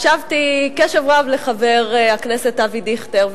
הקשבתי קשב רב לחבר הכנסת אבי דיכטר.